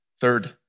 Third